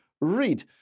read